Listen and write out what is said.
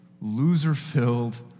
loser-filled